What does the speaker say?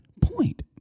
point